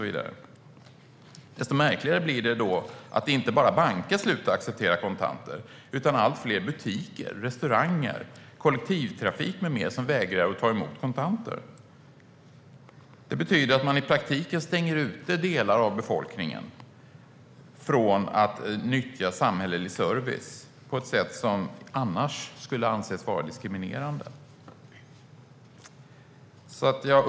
Desto märkligare är det då att inte bara banker slutar acceptera kontanter utan att man mer och mer i butiker, restauranger, kollektivtrafik med mera vägrar ta emot detta betalningsmedel. Det betyder att man i praktiken stänger ute delar av befolkningen från att nyttja samhällelig service och detta på ett sätt som annars skulle anses vara diskriminerande.